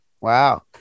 Wow